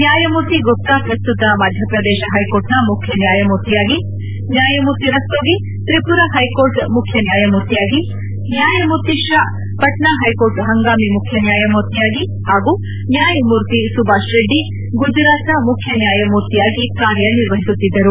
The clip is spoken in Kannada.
ನ್ಯಾಯಮೂರ್ತಿ ಗುಪ್ತಾ ಪ್ರಸ್ತುತ ಮಧ್ಯಪ್ರದೇಶ ಪೈಕೋರ್ಟ್ನ ಮುಖ್ಯ ನ್ಯಾಯಮೂರ್ತಿಯಾಗಿ ನ್ನಾಯಮೂರ್ತಿ ರಸ್ತೋಗಿ ತ್ರಿಪುರ ಹೈಕೋರ್ಟ್ ಮುಖ್ಯ ನ್ನಾಯಮೂರ್ತಿಯಾಗಿ ನ್ನಾಯಮೂರ್ತಿ ಶಾ ಪಾಟ್ನಾ ಹೈಕೋರ್ಟ್ ಪಂಗಾಮಿ ಮುಖ್ಯ ನ್ಯಾಯಮೂರ್ತಿಯಾಗಿ ಹಾಗೂ ನ್ಯಾಯಮೂರ್ತಿ ಸುಭಾಷ್ ರೆಡ್ಡಿ ಗುಜರಾತ್ನ ಮುಖ್ಯ ನ್ನಾಯಮೂರ್ತಿಯಾಗಿ ಕಾರ್ಯನಿರ್ವಹಿಸುತ್ತಿದ್ದರು